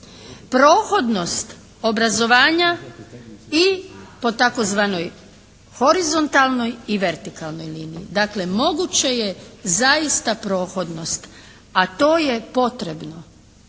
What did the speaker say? Prohodnost obrazovanja i po tzv. horizontalnoj i vertikalnoj liniji. Dakle moguće je zaista prohodnost, a to je potrebno.